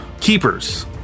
keepers